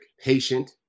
patient